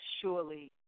surely